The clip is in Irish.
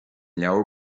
leabhar